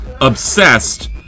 Obsessed